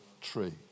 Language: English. tree